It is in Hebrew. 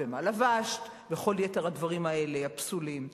ו"מה לבשת" וכל יתר הדברים הפסולים האלה.